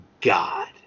god